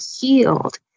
healed